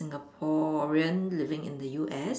Singaporean living in the U_S